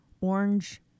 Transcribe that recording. orange